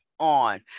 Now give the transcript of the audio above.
on